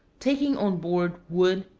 taking on board wood,